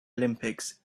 olympics